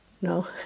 No